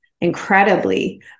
incredibly